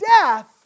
death